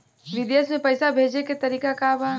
विदेश में पैसा भेजे के तरीका का बा?